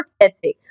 ethic